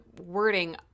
wording